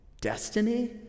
Destiny